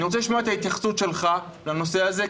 אני רוצה לשמוע את ההתייחסות שלך לנושא הזה,